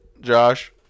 josh